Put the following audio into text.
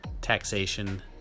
Taxation